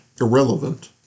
irrelevant